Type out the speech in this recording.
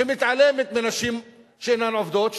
שמתעלמת מנשים שאינן עובדות,